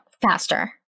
faster